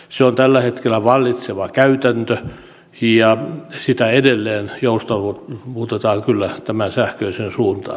se on tällä hetkellä vallitseva käytäntö ja sitä edelleen muutetaan kyllä tähän sähköiseen suuntaan